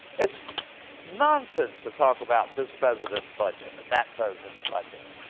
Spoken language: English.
s nonsense to talk about this president s budget or that president s budget.